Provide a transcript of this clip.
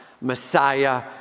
Messiah